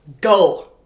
go